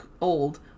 old